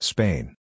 Spain